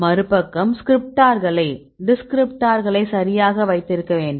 மறுபக்கம் டிஸ்கிரிப்டார்களை சரியாக வைத்திருக்க வேண்டும்